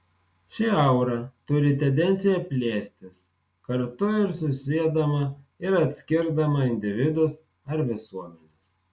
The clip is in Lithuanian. ši aura turi tendenciją plėstis kartu ir susiedama ir atskirdama individus ar visuomenes